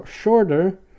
shorter